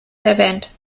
erwähnt